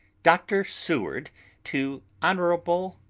dr. seward to hon.